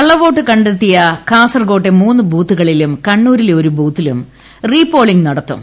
കള്ളവോട്ട് കണ്ടെത്തിയ കാസർകോട്ടെ മൂന്നു ബൂത്തുകളിലും കണ്ണൂരിലെ ഒരു ബൂത്തിലും റീപോളിംഗ് നടത്തും